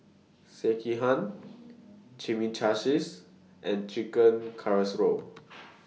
Sekihan Chimichangas and Chicken Casserole